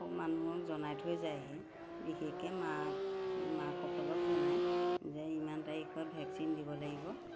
মানুহক জনাই থৈ যায়হি বিশেষকৈ মাক মাকসকলক জনায় যে ইমান তাৰিখত ভেকচিন দিব লাগিব